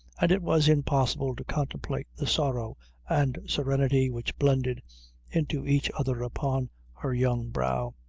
and it was impossible to contemplate the sorrow and serenity which blended into each other upon her young brow,